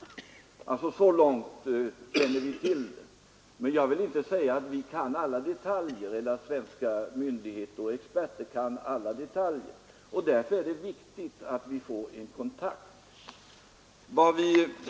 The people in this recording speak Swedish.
Så långt känner vi alltså till detta. Men jag vill inte säga att svenska myndigheter och experter kan alla detaljer, och därför är det viktigt att vi får en kontakt.